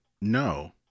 no